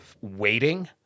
waiting